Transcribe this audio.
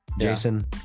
Jason